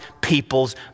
people's